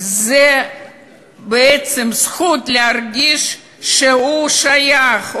זו בעצם הזכות להרגיש שהוא שייך,